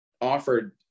offered